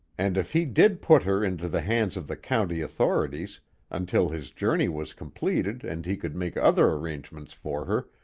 and if he did put her into the hands of the county authorities until his journey was completed and he could make other arrangements for her,